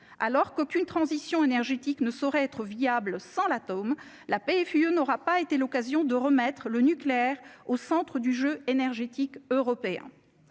alors qu'aucune transition énergétique ne saurait être viable sans l'atome, la PFUE n'aura pas été l'occasion de remettre le nucléaire au centre du jeu énergétique européen